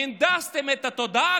הנדסתם את התודעה,